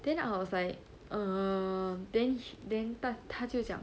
then I was like err bench then 他就讲